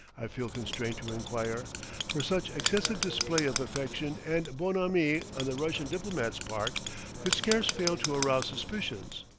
i feel constrained to inquire for such excessive display of affection and bonhommie on the russian diplomat's part could scarce fail to arouse suspicions.